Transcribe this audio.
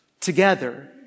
together